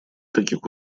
таких